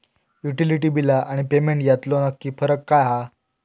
Utility बिला आणि payment यातलो नक्की फरक काय हा?